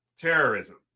terrorism